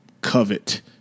Covet